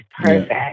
perfect